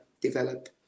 develop